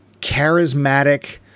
charismatic